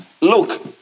Look